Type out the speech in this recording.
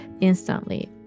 instantly